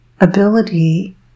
ability